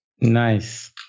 Nice